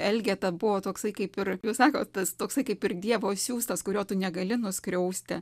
elgeta buvo toksai kaip ir jūs sakot tas toksai kaip ir dievo siųstas kurio tu negali nuskriausti